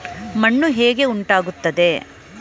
ಮಣ್ಣು ಹೇಗೆ ಉಂಟಾಗುತ್ತದೆ?